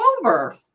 over